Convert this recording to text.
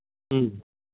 ꯎꯝ